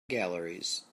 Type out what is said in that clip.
galleries